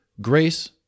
Grace